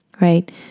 right